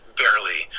barely